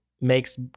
makes